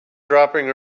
dropping